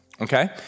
Okay